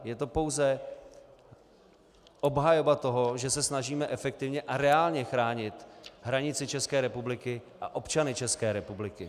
Je to pouze obhajoba toho, že se snažíme efektivně a reálně chránit hranici České republiky a občany České republiky.